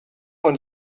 one